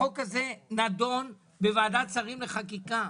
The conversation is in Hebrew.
החוק הזה נדון בוועדת שרים לחקיקה,